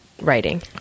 writing